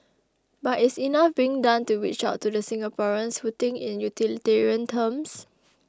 but is enough being done to reach out to the Singaporeans who think in utilitarian terms